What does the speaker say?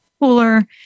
cooler